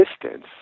distance